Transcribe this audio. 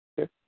Okay